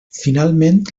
finalment